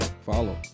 follow